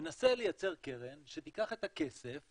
מנסה לייצר קרן שתיקח את הכסף